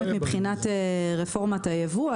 מבחינת רפורמת הייבוא,